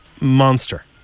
Monster